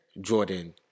Jordan